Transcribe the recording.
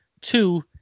Two